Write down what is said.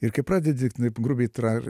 ir kai pradedi taip grubiai trar